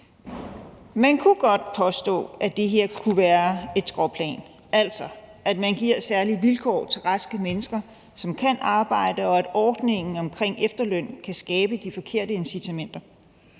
Man kunne godt påstå, at det her kunne være et skråplan, altså at man giver særlige vilkår til raske mennesker, som kan arbejde, og at ordningen omkring efterløn kan skabe de forkerte incitamenter.